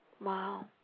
Wow